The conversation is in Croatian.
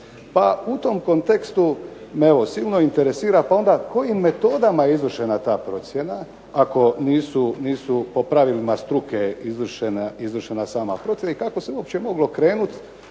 Pa u tom kontekstu me silno interesira pa onda kojim metodama je izvršena ta procjena, ako nisu po pravilima struke izvršena sama procjena i kako se moglo uopće krenuti